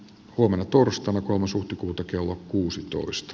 huomenna torstaina kun usan kultakello kuusitoista